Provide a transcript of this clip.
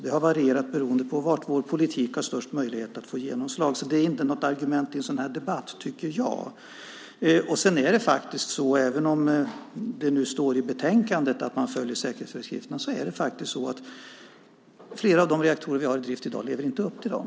Det har varierat beroende på var vår politik har haft störst möjlighet att få genomslag. Det är alltså inte något argument i en sådan här debatt, tycker jag. Även om det nu står i betänkandet att man följer säkerhetsföreskrifterna är det faktiskt så att flera av de reaktorer som i dag är i drift inte lever upp till dem.